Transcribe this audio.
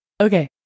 Okay